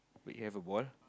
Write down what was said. but you have a ball